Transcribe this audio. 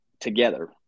together